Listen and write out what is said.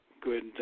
good